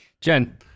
Jen